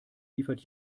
liefert